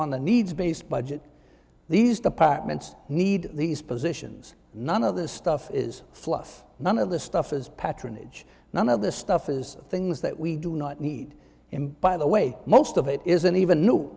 on the needs based budget these departments need these positions none of this stuff is fluff none of the stuff is patronage none of the stuff is things that we do not need him by the way most of it isn't even new